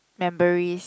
memories